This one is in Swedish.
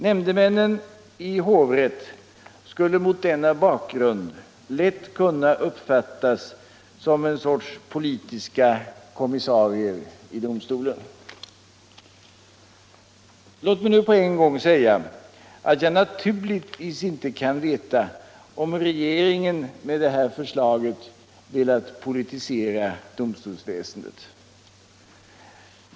Nämndemännen i hovrätt skulle mot denna bakgrund lätt kunna uppfattas som ett slags politiska kommissarier i domstolen. Låt mig nu på en gång säga att jag naturligtvis inte kan veta om regeringen med det här förslaget velat politisera domstolsväsendet.